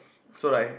so like